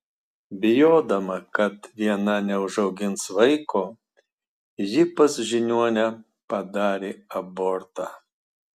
bijodama kad viena neužaugins vaiko ji pas žiniuonę padarė abortą